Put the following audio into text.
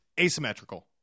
asymmetrical